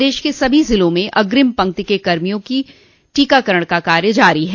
प्रदेश के सभी जिलों में अग्रिम पंक्ति के कर्मियों के टीकाकरण का कार्य जारी है